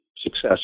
success